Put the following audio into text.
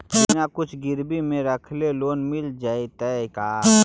बिना कुछ गिरवी मे रखले लोन मिल जैतै का?